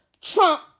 Trump